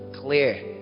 clear